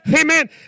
Amen